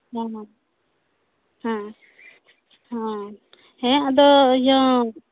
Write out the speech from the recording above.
ᱦᱮᱸ ᱦᱮᱸᱦᱮᱸ ᱦᱮᱸ ᱦᱮᱸ ᱟᱫᱚ ᱤᱭᱟᱹ